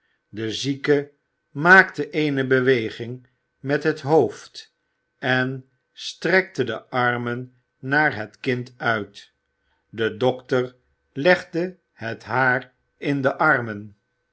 de zieke maakte eene beweging met het hoofd en strekte dé armen naar het kind uit de dokter legde het haar in de armen